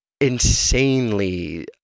insanely